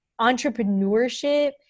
entrepreneurship